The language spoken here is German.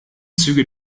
züge